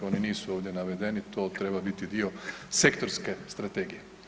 Oni nisu ovdje navedeni, to treba biti dio sektorske strategije.